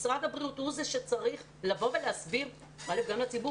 משרד הבריאות הוא זה שצריך לבוא ולהסביר גם לציבור